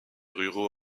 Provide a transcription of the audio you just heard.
ruraux